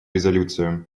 резолюцию